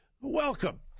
Welcome